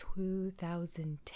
2010